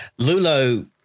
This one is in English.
lulo